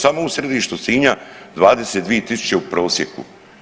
Samo u središtu Sinja 22000 u prosjeku.